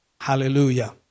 Hallelujah